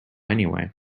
anyway